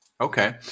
Okay